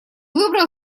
выбрал